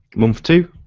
month two,